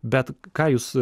bet ką jūs